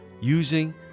using